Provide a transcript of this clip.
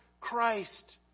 Christ